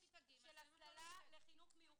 תראי איזה נתונים יש של הסללה לחינוך מיוחד,